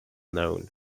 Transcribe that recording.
known